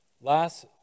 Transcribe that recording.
Last